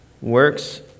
works